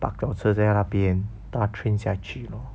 park 脚车在那边搭 train 下去 lor